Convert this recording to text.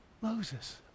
Moses